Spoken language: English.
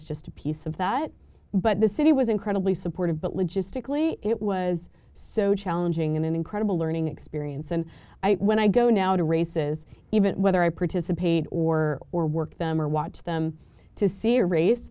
was just a piece of that but the city was incredibly supportive but logistically it was so challenging and an incredible learning experience and when i go now to races even whether i participate or or work them or watch them to see a race